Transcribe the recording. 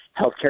healthcare